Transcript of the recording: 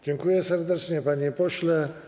Dziękuję serdecznie, panie pośle.